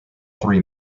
three